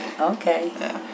Okay